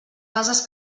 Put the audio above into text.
bases